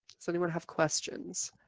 so, anyone have questions?